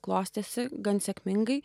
klostėsi gan sėkmingai